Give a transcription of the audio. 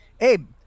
Abe